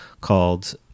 called